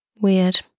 Weird